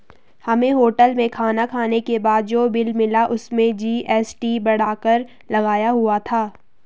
हमें होटल में खाना खाने के बाद जो बिल मिला उसमें जी.एस.टी बढ़ाकर लगाया हुआ था